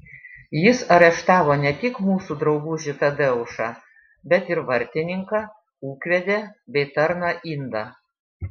jis areštavo ne tik mūsų draugužį tadeušą bet ir vartininką ūkvedę bei tarną indą